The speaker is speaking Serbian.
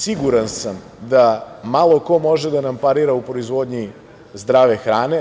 Siguran sam da malo ko može da nam parira u proizvodnji zdrave hrane.